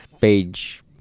page